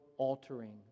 altering